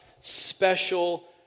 special